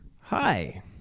Hi